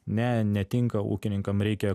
ne netinka ūkininkam reikia